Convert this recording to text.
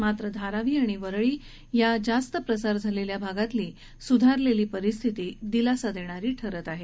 मात्र धारावी आणि वरळी सारख्या जास्त प्रसार झालेल्या भागातली सुधारलेली परिस्थिती दिलासा देणारी ठरत आहे